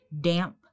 damp